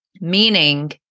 meaning